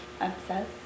Obsessed